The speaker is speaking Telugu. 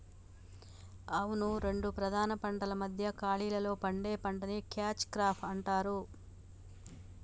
అవును రెండు ప్రధాన పంటల మధ్య ఖాళీలో పండే పంటని క్యాచ్ క్రాప్ అంటారు